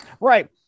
right